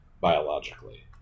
biologically